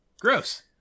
Gross